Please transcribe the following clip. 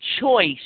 choice